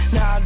Now